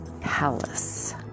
palace